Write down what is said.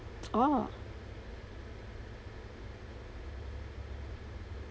oh